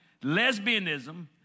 lesbianism